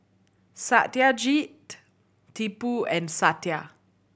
Satyajit Tipu and Satya